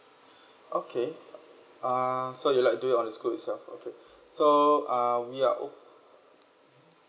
okay uh err so you would like to do it on the school itself okay so uh we are o~ mmhmm